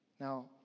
Now